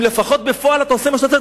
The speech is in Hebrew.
אם בפועל אתה עושה מה שאתה עושה,